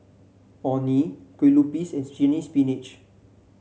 Orh Nee Kue Lupis and Chinese Spinach